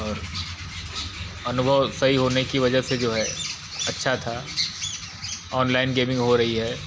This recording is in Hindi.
और अनुभव सही होने की वजह से जो है अच्छा था ऑनलाइन गेमिंग हो रही है